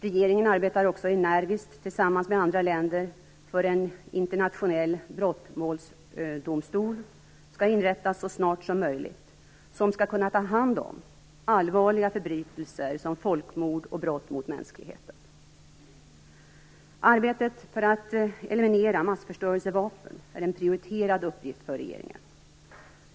Regeringen arbetar också energiskt tillsammans med andra länder för att det snarast möjligt skall inrättas en internationell brottmålsdomstol som skall kunna ta hand om allvarliga förbrytelser som folkmord och brott mot mänskligheten. Arbetet för att eliminera massförstörelsevapen är en prioriterad uppgift för regeringen.